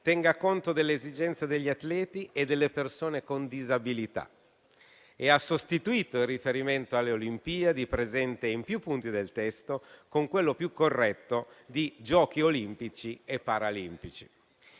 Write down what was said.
tenga conto delle esigenze degli atleti e delle persone con disabilità e ha sostituito il riferimento alle Olimpiadi, presente in più punti del testo, con quello più corretto di Giochi olimpici e paralimpici.